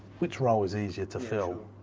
which role is easier to fill?